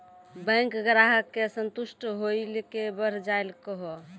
Bank ग्राहक के संतुष्ट होयिल के बढ़ जायल कहो?